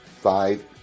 five